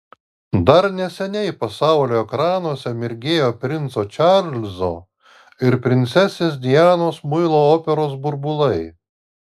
dar neseniai pasaulio ekranuose mirgėjo princo čarlzo ir princesės dianos muilo operos burbulai